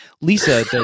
Lisa